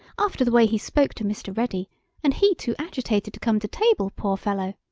after the way he spoke to mr. ready and he too agitated to come to table, poor fellow!